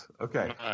Okay